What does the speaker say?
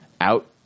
out